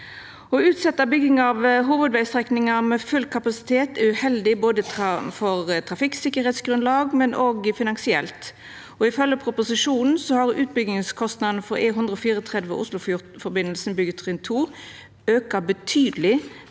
Å utsetja bygginga av hovudvegstrekninga med full kapasitet er uheldig både for trafikktryggleiksgrunnlaget og finansielt. Ifølgje proposisjonen har utbyggingskostnaden for E134 Oslofjordforbindelsen byggjetrinn 2 auka betydeleg